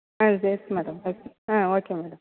ஆ இது okay madam okay ஆ okay madam